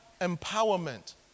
empowerment